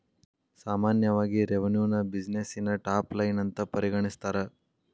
ಸಾಮಾನ್ಯವಾಗಿ ರೆವೆನ್ಯುನ ಬ್ಯುಸಿನೆಸ್ಸಿನ ಟಾಪ್ ಲೈನ್ ಅಂತ ಪರಿಗಣಿಸ್ತಾರ?